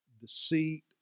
deceit